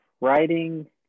writing